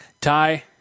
Ty